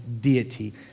deity